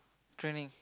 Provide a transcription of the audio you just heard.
training